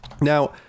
Now